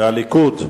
וגם הליכוד.